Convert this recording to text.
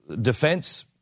defense